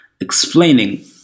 explaining